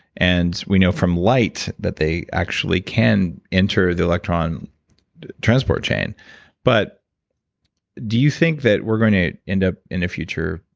and we know from light that they actually can enter the electron transport chain but do you think that we're going to end up in the future,